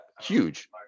Huge